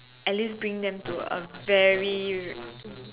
at least bring them to a very